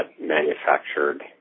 manufactured